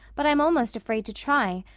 but i'm almost afraid to try,